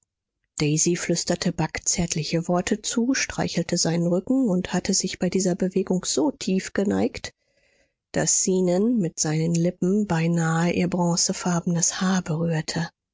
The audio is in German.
daisy flüsterte bagh zärtliche worte zu streichelte seinen rücken und hatte sich bei dieser bewegung so tief geneigt daß zenon mit seinen lippen beinahe ihr bronzefarbenes haar berührte